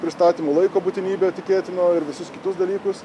pristatymo laiko būtinybę tikėtina ir visus kitus dalykus